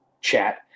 chat